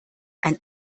ein